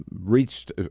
reached